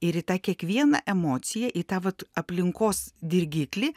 ir į tą kiekvieną emociją į tą vat aplinkos dirgiklį